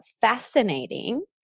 fascinating